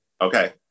Okay